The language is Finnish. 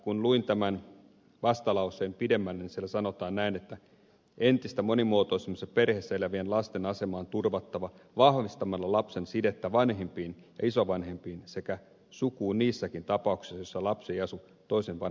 kun luin tämän vastalauseen pidemmälle niin siellä sanotaan näin että entistä monimuotoisemmissa perheissä elävien lasten asema on turvattava vahvistamalla lapsen sidettä vanhempiin ja isovanhempiin sekä sukuun niissäkin tapauksissa joissa lapsi ei asu toisen vanhempansa kanssa